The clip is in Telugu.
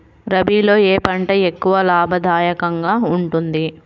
రబీలో ఏ పంట ఎక్కువ లాభదాయకంగా ఉంటుంది?